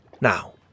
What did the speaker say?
Now